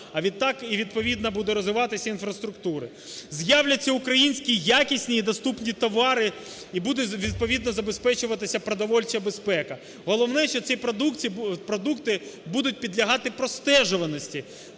а відтак, і відповідно буде розвиватися інфраструктура; з'являться українські якісні і доступні товари, і буде відповідно забезпечуватися продовольча безпека. Головне, що ці продукти будуть підлягати простежуваності,